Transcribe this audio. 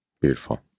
Beautiful